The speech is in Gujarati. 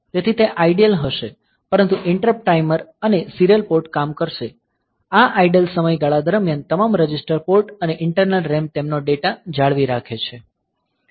તેથી તે આઇડલ હશે પરંતુ ઈંટરપ્ટ ટાઈમર અને સીરીયલ પોર્ટ કામ કરશે આ આઇડલ સમયગાળા દરમિયાન તમામ રજિસ્ટર પોર્ટ અને ઇન્ટરનલ RAM તેમનો ડેટા જાળવી રાખે છે